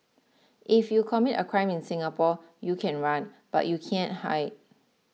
if you commit a crime in Singapore you can run but you can't hide